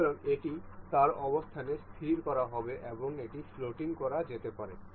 সুতরাং এটি তার অবস্থানে স্থির করা হবে এবং এটি ফ্লোটিং করা যেতে পারে